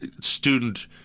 student